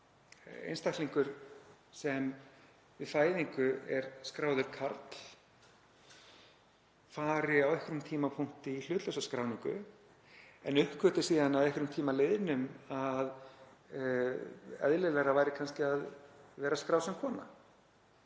einstaklingur sem við fæðingu er skráður karl fari á einhverjum tímapunkti í hlutlausa skráningu en uppgötvi síðan að einhverjum tíma liðnum að eðlilegra væri að vera skráð sem kona.